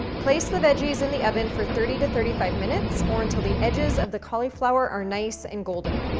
place the veggies in the oven for thirty to thirty five minutes or until the edges of the cauliflower are nice and golden.